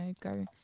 go